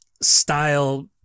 style